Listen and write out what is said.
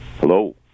Hello